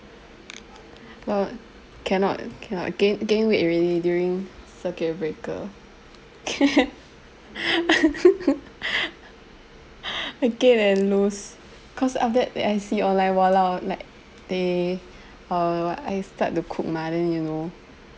uh cannot cannot ga~ gain weight already during circuit breaker I gained and lose cause after that I see online !walao! like they uh I start to cook mah then you know